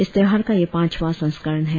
इस त्योहार का यह पांचवा संस्करण है